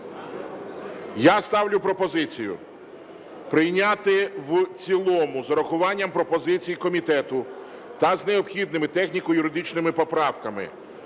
я ставлю пропозицію прийняти в цілому з урахуванням пропозицій комітету та з необхідними техніко-юридичними поправками